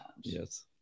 Yes